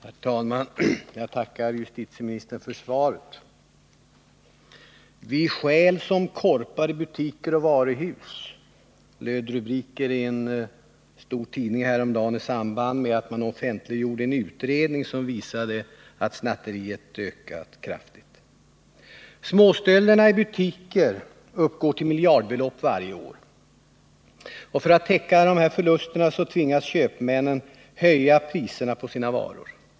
Herr talman! Jag tackar justitieministern för svaret. ”Vi stjäl som korpar i butiker och varuhus” löd rubriken i en stor tidning häromdagen i samband med att man offentliggjorde en utredning som visade att snatteriet ökar kraftigt. Småstölderna i butiker uppgår till miljardbelopp varje år. För att täcka dessa förluster tvingas köpmännen att höja priserna på sina varor.